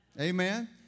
Amen